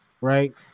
right